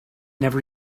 never